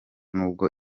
nubwo